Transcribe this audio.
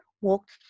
walked